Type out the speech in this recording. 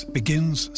begins